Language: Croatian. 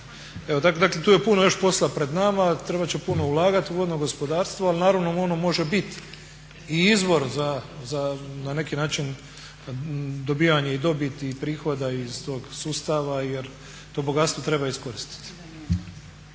Dakle tu je još puno posla pred nama, trebat će puno ulagati u vodno gospodarstvo, ali naravno ono može biti i izvor za na neki način dobivanja i dobiti i prihoda iz tog sustava jer to bogatstvo treba iskoristiti.